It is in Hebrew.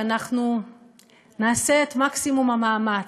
שאנחנו נעשה את מקסימום המאמץ.